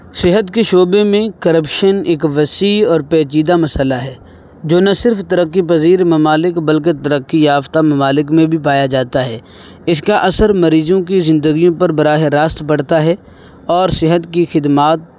صحت کے شعبے میں کرپشن ایک وسیع اور پیچیدہ مسئلہ ہے جو نہ صرف ترقی پذیر ممالک بلکہ ترقی یافتہ ممالک میں بھی پایا جاتا ہے اس کا اثر مریضوں کی زندگیوں پر براہِ راست بڑھتا ہے اور صحت کی خدمات